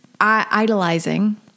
idolizing